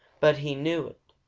but he knew it.